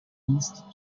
east